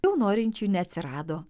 jau norinčių neatsirado